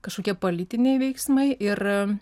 kažkokie politiniai veiksmai ir